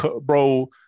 bro